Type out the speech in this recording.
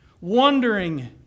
Wondering